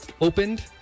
opened